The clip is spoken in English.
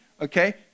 Okay